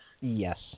Yes